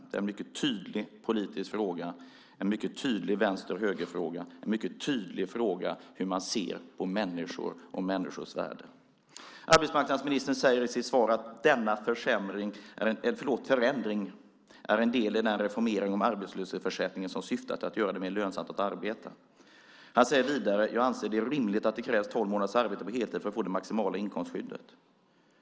Det är en mycket tydlig politisk fråga, en mycket tydlig vänster-höger-fråga, en mycket tydlig fråga om hur man ser på människor och människors värde. Arbetsmarknadsministern säger i sitt svar: "Denna förändring är en del i den reformering av arbetslöshetsförsäkringen som syftar till att göra det mer lönsamt att arbeta." Han säger vidare att han "anser att det är rimligt att det krävs tolv månaders arbete på heltid för att få det maximala inkomstskyddet".